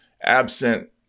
absent